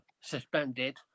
suspended